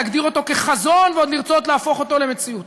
להגדיר אותו כחזון ועוד לרצות להפוך אותו למציאות.